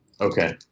Okay